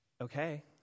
Okay